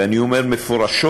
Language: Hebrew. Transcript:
ואני אומר מפורשות: